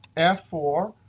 f four,